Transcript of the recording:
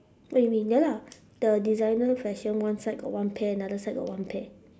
what you mean ya lah the designer fashion one side got one pair another side got one pair